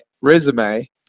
resume